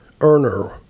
earner